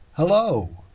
Hello